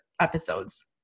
episodes